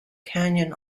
canyon